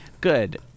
Good